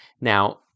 Now